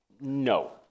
No